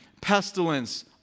pestilence